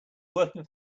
working